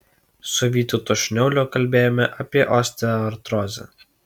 su vytautu šniuoliu kalbėjome apie osteoartrozę